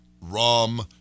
rum